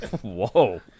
Whoa